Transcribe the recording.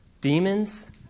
Demons